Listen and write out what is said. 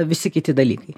visi kiti dalykai